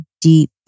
deep